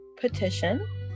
petition